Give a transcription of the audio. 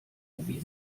wie